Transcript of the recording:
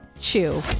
chew